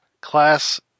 class